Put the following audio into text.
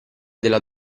della